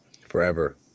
Forever